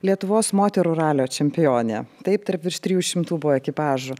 lietuvos moterų ralio čempionė taip tarp virš trijų šimtų buvo ekipažų